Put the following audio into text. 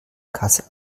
kasse